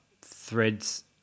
threads